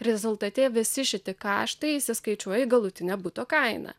rezultate visi šitie kaštai įsiskaičiuoja į galutinę buto kainą